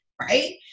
right